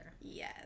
Yes